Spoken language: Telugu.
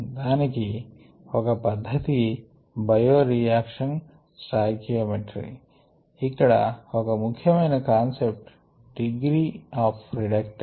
దానికి ఒక పధ్ధతి బయో రియాక్షన్స్ స్టాఇకియోమెట్రి ఇక్కడ ఒక ముఖ్యమైన కాన్సెప్ట్ డిగ్రీ ఆఫ్ రిడక్టన్స్